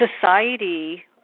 society